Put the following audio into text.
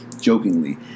jokingly